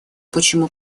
почему